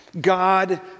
God